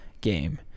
game